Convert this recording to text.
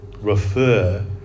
refer